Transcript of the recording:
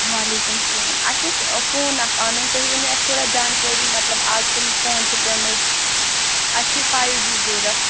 وعلیکُم سَلام اَسہِ اوس فون اَکھ اَنُن تُہۍ ؤنِو اَسہِ تھوڑا جانکٲری مطلب آز کَم فون چھِ پیٚمٕتۍ اَسہِ چھِ فایو جی ضوٚرَتھ